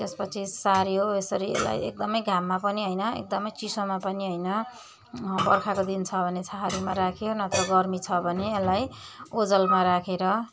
त्यसपछि साऱ्यो यसरी यसलाई एकदमै घाममा पनि होइन एकदमै चिसोमा पनि होइन बर्खाको दिन छ भने छहारीमा राख्यो नत्र गर्मी छ भने यसलाई ओझेलमा राखेर